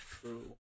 true